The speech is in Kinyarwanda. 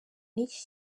n’iki